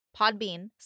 Podbean